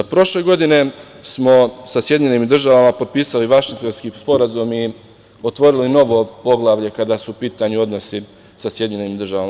Prošle godine smo sa SAD potpisali Vašingtonski sporazum i otvorili novo poglavlje kada su u pitanju odnosi sa SAD.